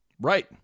Right